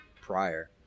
prior